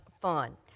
fun